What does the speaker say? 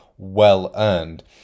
well-earned